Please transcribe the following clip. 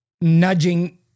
nudging